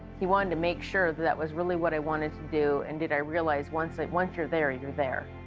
he wanted to make sure that that was really what i wanted to do, and did i realize once it once you're there, you're there?